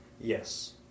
Yes